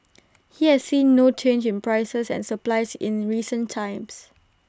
he has seen no change in prices and supplies in recent times